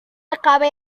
acabe